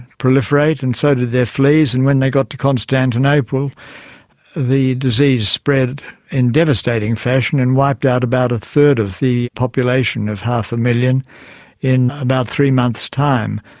proliferate, and so did their fleas. and when they got to constantinople the disease spread in devastating fashion and wiped out about a third of the population of half a million in about three months' time.